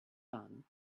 fun